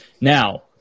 Now